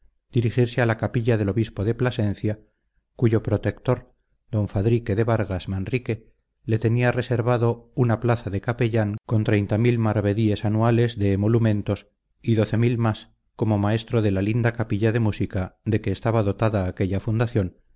a la capilla del obispo de plasencia cuyo protector d fadrique de vargas manrique le tenía reservado una plaza de capellán con mrs anuales de emolumentos y más como maestro de la linda capilla de música de que estaba dotada aquella fundación